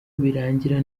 birangira